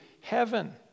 heaven